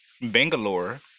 Bangalore